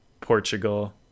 Portugal